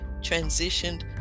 transitioned